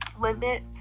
limit